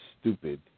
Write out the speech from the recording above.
stupid